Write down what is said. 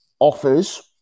offers